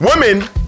Women